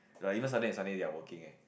like even Saturday and Sunday they are working eh